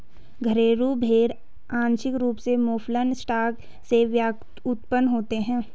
घरेलू भेड़ आंशिक रूप से मौफलन स्टॉक से व्युत्पन्न होते हैं